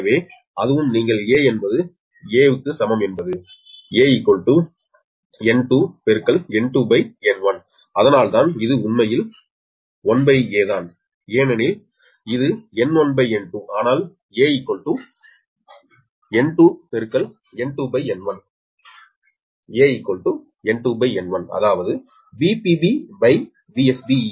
எனவே அதுவும் நீங்கள் 'a' என்பது 'a' க்கு சமம் என்பது a N2N2N1 அதனால்தான் இது உண்மையில் 1a தான் ஏனெனில் இது N1N2 ஆனால் a N2N1 அதாவது VpBVsB1a